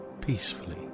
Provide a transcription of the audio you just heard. peacefully